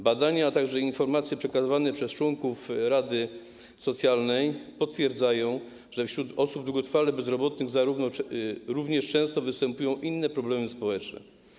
Badania, a także informacje przekazywane przez członków rady socjalnej potwierdzają, że wśród osób długotrwale bezrobotnych również często występują inne problemy społeczne.